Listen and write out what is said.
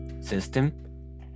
system